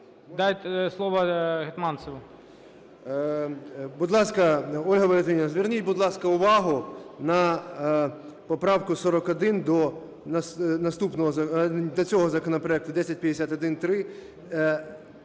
Дайте слово Гетманцеву.